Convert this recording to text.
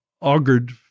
augured